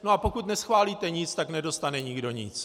No a pokud neschválíte nic, tak nedostane nikdo nic.